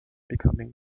becoming